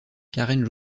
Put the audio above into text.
karen